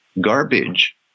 garbage